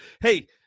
Hey